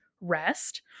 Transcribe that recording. rest